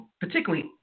particularly